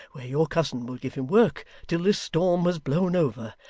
where your cousin will give him work till this storm has blown over.